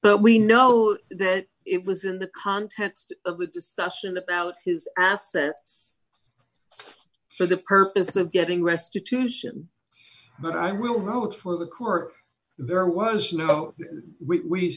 but we know that it was in the context of a discussion about his assets for the purpose of getting restitution but i will note for the court there was no we we